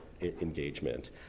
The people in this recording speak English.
engagement